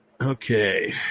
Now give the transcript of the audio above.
Okay